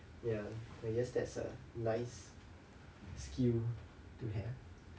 ya I guess that's a nice skill to have